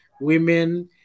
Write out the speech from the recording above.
women